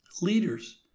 Leaders